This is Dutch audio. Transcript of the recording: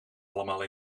allemaal